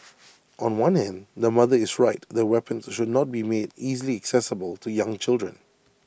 on one hand the mother is right that weapons should not be made easily accessible to young children